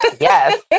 yes